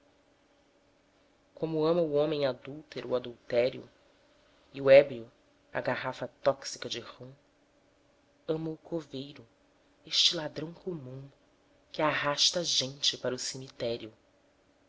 como ama o homem adúltero o adultério e o ébrio a garrafa tóxica de rum amo o coveiro este ladrão comum que arrasta a gente para o cemitério